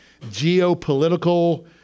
geopolitical